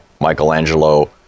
Michelangelo